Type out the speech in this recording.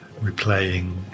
replaying